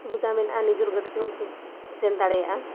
ᱥᱩᱵᱤᱫᱷᱟ ᱢᱮᱱᱟᱜᱼᱟ ᱱᱤᱡᱮᱨ ᱜᱟᱹᱰᱤ ᱛᱮᱦᱚᱸᱢ ᱥᱮᱱ ᱫᱟᱲᱮᱭᱟᱜᱼᱟ